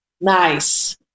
Nice